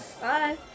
Bye